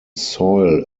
soil